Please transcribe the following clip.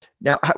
Now